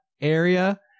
area